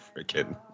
freaking